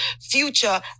future